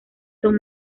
son